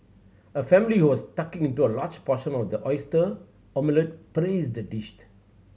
a family who was tucking in into a large portion of the oyster omelette praised the dished